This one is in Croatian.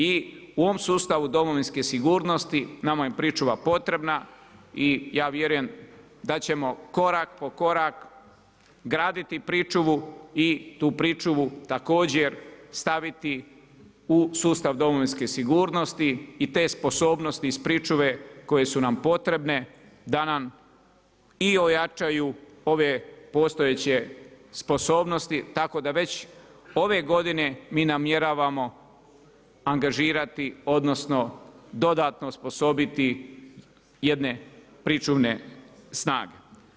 I u ovom sustavu domovinske sigurnosti, nama je pričuva potrebna i ja vjerujem da ćemo korak po korak graditi pričuvu i tu pričuvu također staviti u sustav domovinske sigurnosti i te sposobnosti iz pričuve koje su nam potrebne da nam i ojačaju ove postojeće sposobnosti, tako da već ove godine mi namjeravamo angažirati, odnosno dodatno osposobiti jedne pričuvne snage.